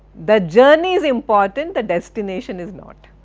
the journey is important, the destination is not.